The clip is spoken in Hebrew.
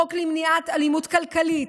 חוק למניעת אלימות כלכלית,